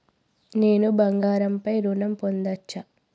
నేను బంగారం పై ఋణం పొందచ్చా?